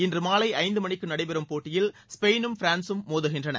இன்று மாலை ஐந்து மணிக்கு நடைபெறும் போட்டியில் ஸ்பெயினும் பிரான்ஸூம் மோதுகின்றன